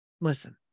listen